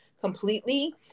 completely